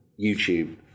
YouTube